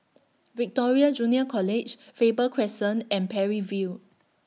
Victoria Junior College Faber Crescent and Parry View